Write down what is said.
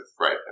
right